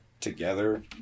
together